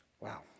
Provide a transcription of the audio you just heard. Wow